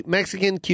Mexican